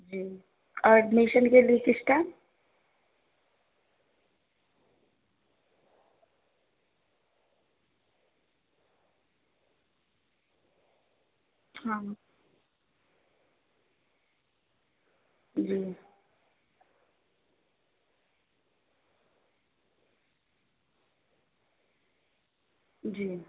جی اور ایڈمیشن کے لیے کس ٹائم ہاں جی جی